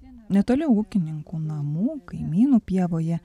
netoli ūkininkų namų kaimynų pievoje